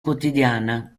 quotidiana